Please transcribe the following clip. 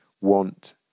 want